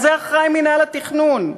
לזה אחראי מינהל התכנון.